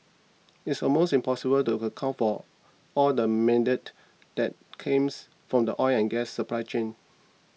it's almost impossible to account for all the methane that came from the oil and gas supply chain